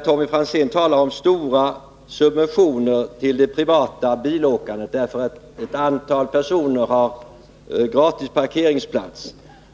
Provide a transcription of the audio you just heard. Tommy Franzén talar om stora subventioner till det privata bilåkandet, därför att ett antal personer har gratis parkeringsplatser.